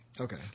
Okay